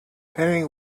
penny